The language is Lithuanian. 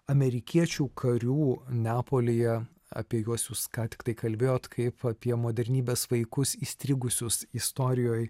amerikiečių karių neapolyje apie juos jūs ką tiktai kalbėjot kaip apie modernybės vaikus įstrigusius istorijoj